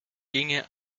ginge